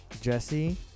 Jesse